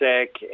sick